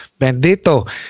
Bandito